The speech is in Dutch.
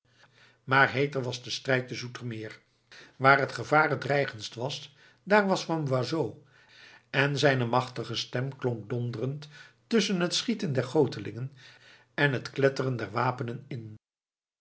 maar heeter was de strijd te zoetermeer waar het gevaar het dreigendst was daar was van boisot en zijne machtige stem klonk donderend tusschen het schieten der gotelingen en het kletteren der wapenen in